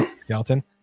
skeleton